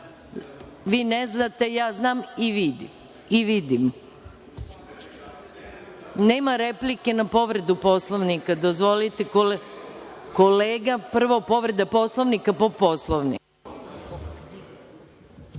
ne znate. Ja znam i vidim. Nema replike na povredu Poslovnika. Dozvolite kolega. Prvo povreda Poslovnika po Poslovniku.